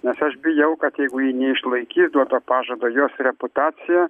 nes aš bijau kad jeigu ji neišlaikys duoto pažado jos reputacija